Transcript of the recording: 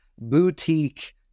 boutique